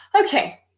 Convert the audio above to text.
okay